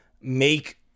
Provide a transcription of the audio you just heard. make